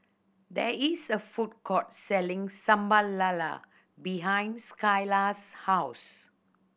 there is a food court selling Sambal Lala behind Skyla's house